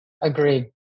Agreed